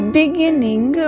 beginning